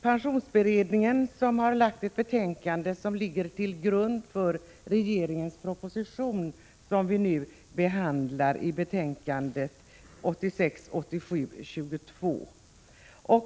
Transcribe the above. Pensionsberedningen har lagt fram ett betänkande som utgör grunden för den regeringsproposition som behandlas i socialförsäkringsutskottets betänkande 1986/87:22.